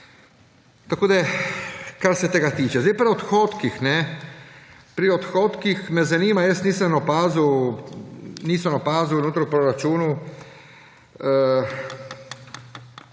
Pri odhodkih me zanima – tega nisem opazil notri v proračunu